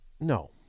No